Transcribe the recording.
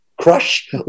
crush